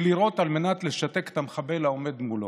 לירות על מנת לשתק את המחבל העומד מולו.